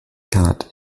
card